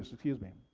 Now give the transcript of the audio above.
excuse me.